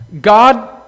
God